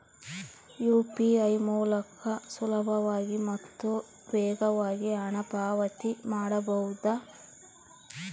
UPI ಮೂಲಕ ಸುಲಭವಾಗಿ ಮತ್ತು ವೇಗವಾಗಿ ಹಣ ಪಾವತಿ ಮಾಡಬಹುದಾ?